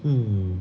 mm